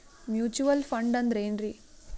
Mutual fund ಅಂದ್ರೆನ್ರಿ?